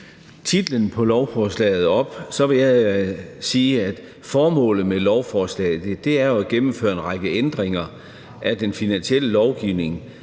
titlen på lovforslaget op, så jeg vil sige, hvad formålet med lovforslaget er, og det er at gennemføre en række ændringer af den finansielle lovgivning,